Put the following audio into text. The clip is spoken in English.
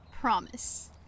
Promise